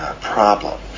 problem